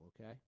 okay